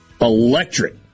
Electric